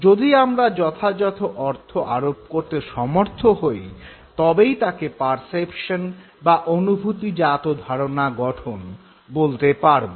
যদি আমরা যথাযথ অর্থ আরোপ করতে সমর্থ হই তবেই তাকে পারসেপশন বা অনুভূতিজাত ধারণা গঠন বলতে পারব